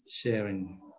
Sharing